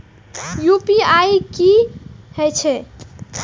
UPI की हेछे?